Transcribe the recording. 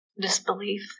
Disbelief